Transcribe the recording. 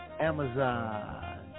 Amazon